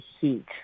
heat